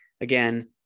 Again